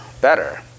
better